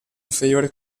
inferiore